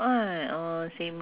I some~